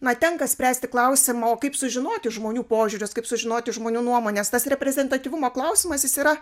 na tenka spręsti klausimą o kaip sužinoti žmonių požiūrius kaip sužinoti žmonių nuomones tas reprezentatyvumo klausimas jis yra